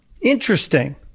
Interesting